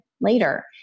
later